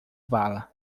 vala